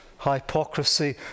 Hypocrisy